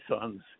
sons